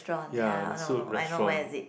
ya the Soup Restaurant